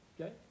Okay